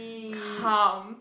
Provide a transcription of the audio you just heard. calm